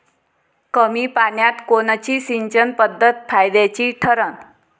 कमी पान्यात कोनची सिंचन पद्धत फायद्याची ठरन?